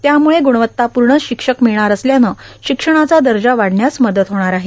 त्यामुळे ग्रणवत्तापूण शिक्षक र्भिळणार असल्यानं शिक्षणाचा दजा वाढण्यास मदत होणार आहे